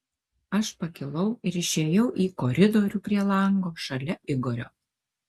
aš pakilau ir išėjau į koridorių prie lango šalia igorio